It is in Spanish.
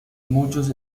muchos